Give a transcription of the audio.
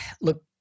look